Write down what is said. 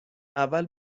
اول